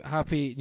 Happy